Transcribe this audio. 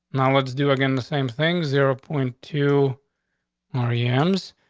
now, let's do again. the same thing. zero point two mari ems.